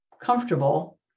comfortable